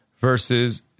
versus